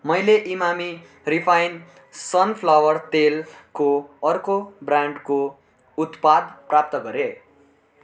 मैले Emami refine sunflower तेलको अर्को ब्रान्डको उत्पाद प्राप्त गरेँ